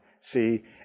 See